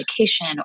Education